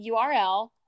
URL